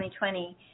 2020